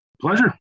Pleasure